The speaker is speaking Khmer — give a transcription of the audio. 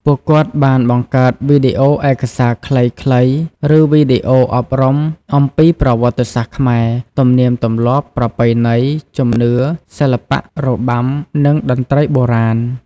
ពួកគាត់បានបង្កើតវីដេអូឯកសារខ្លីៗ ឬវីដេអូអប់រំអំពីប្រវត្តិសាស្ត្រខ្មែរ ទំនៀមទម្លាប់ ប្រពៃណី ជំនឿ សិល្បៈ របាំ និងតន្ត្រីបុរាណ។